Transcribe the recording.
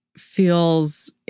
feels